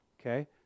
okay